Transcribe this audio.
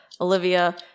Olivia